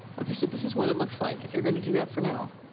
ok, so, this is what it looks like, if you're gonna do that for now,